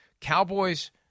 Cowboys